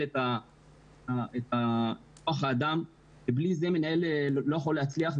את כוח האדם כי בלי זה מנהל לא יכול להצליח.